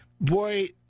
boy